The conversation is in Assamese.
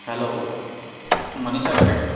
hello Monisha bakery